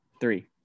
Three